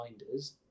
reminders